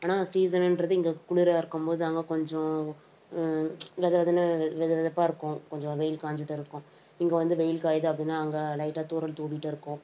ஆனால் சீசனுன்றது இங்கே குளிராக இருக்கும்போது அங்கே கொஞ்சம் வெதுவெதுனு வெதுவெதுப்பாக இருக்கும் கொஞ்சம் வெயில் காய்சிட்டு இருக்கும் இங்கே வந்து வெயில் காயிது அப்படின்னா அங்கே லைட்டாக தூறல் தூறிகிட்டு இருக்கும்